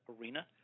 arena